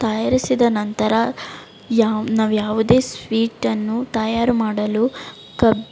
ತಯಾರಿಸಿದ ನಂತರ ಯಾ ನಾವು ಯಾವುದೇ ಸ್ವೀಟನ್ನು ತಯಾರು ಮಾಡಲು ಕಬ್ಬು